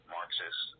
Marxist